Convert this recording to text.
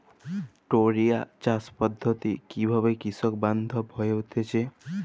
টোরিয়া চাষ পদ্ধতি কিভাবে কৃষকবান্ধব হয়ে উঠেছে?